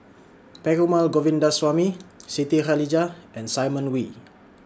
Perumal Govindaswamy Siti Khalijah and Simon Wee